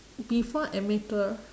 before amateur